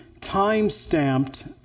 time-stamped